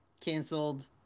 canceled